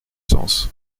sens